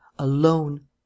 alone